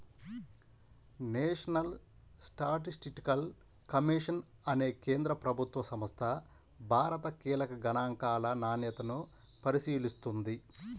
national statistical commission అనే కేంద్ర ప్రభుత్వ సంస్థ భారత కీలక గణాంకాల నాణ్యతను పరిశీలిస్తుంది